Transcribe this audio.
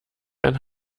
jan